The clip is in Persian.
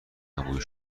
انبوهی